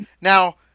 Now